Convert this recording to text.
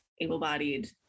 able-bodied